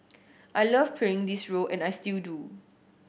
I love playing this role and I still do